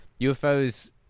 UFOs